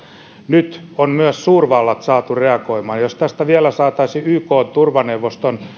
nyt on myös suurvallat saatu reagoimaan jos tästä vielä saataisiin ykn turvaneuvoston